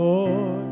Lord